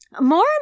More